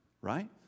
Right